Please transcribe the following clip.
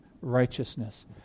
righteousness